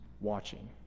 watching